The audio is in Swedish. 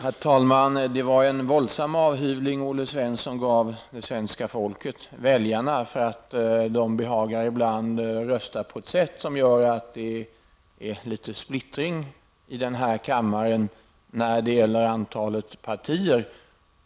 Herr talman! Det var en våldsam avhyvling som Olle Svensson gav svenska folket, väljarna, för att de ibland behagar rösta på ett sätt som gör att det blir litet splittring här i kammaren vad gäller antalet partier.